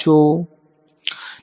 Student